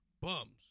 Bums